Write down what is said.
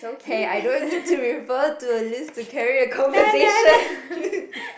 hey I don't need to refer to the list to carry the conversation